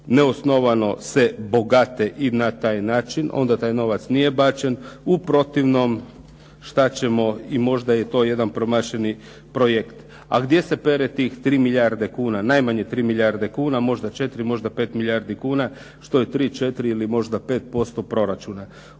neosnovano se bogate i na taj način onda taj novac nije bačen. U protivnom šta ćemo. Možda je i to jedan promašeni projekt. A gdje se pere tih tri milijarde kuna, najmanje tri milijarde kuna, možda četiri, možda pet milijardi kuna. Što je tri, četiri ili možda pet posto proračuna.